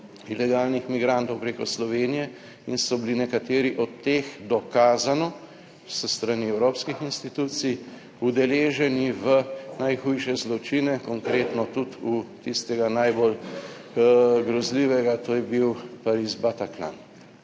ilegalnih migrantov preko Slovenije in so bili nekateri od teh, dokazano, s strani evropskih institucij udeleženi v najhujše zločine, konkretno tudi v tistega najbolj grozljivega, to je bil Pariz Bataclan.